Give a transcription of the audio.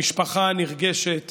המשפחה הנרגשת